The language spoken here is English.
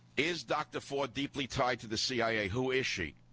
is doctor for deeply tied to the cia, who is she